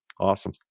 awesome